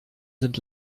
sind